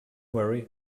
worry